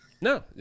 No